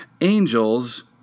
angels